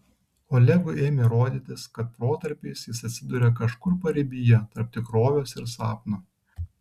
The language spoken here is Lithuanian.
olegui ėmė rodytis kad protarpiais jis atsiduria kažkur paribyje tarp tikrovės ir sapno